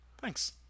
Thanks